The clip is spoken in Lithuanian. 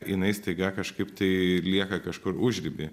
jinai staiga kažkaip tai lieka kažkur užriby